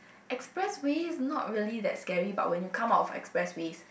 expressways not really that scary but when you come out of expressways